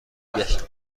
گشت